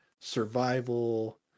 survival